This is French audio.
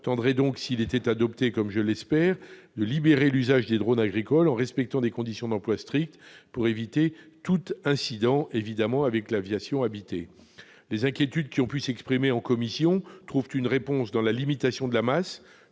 permettrait donc, s'il était adopté, comme je l'espère, de libérer l'usage des drones agricoles en respectant des conditions d'emploi strictes pour éviter tout incident avec l'aviation habitée. Les inquiétudes qui ont pu s'exprimer en commission trouvent une réponse, premièrement, dans la limitation de la masse-